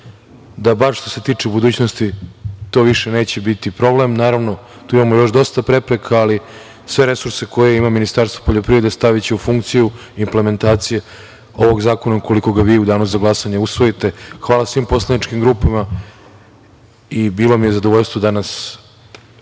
da bar što se tiče budućnosti to više neće biti problem. Naravno, tu imamo još dosta prepreka, ali sve resurse koje ima Ministarstvo poljoprivrede staviće u funkciju implementacije ovog zakona ukoliko ga vi u danu za glasanje usvojite. Hvala svim poslaničkim grupama i bilo mi je zadovoljstvo danas